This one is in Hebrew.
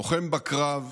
לוחם בקרב,